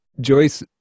Joyce